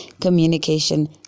communication